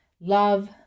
love